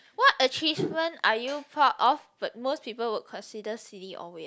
what achievement are you proud of but most people would consider silly or weird